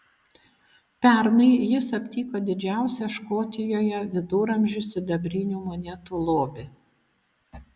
pernai jis aptiko didžiausią škotijoje viduramžių sidabrinių monetų lobį